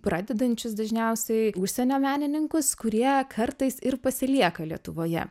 pradedančius dažniausiai užsienio menininkus kurie kartais ir pasilieka lietuvoje